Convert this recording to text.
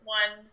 one